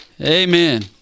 Amen